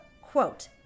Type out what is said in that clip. quote